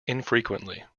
infrequently